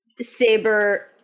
Saber